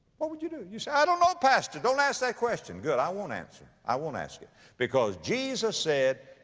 what would you do? you say, i don't know pastor, don't ask that question. good, i won't answer, i won't ask it because jesus said,